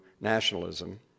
nationalism